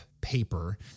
paper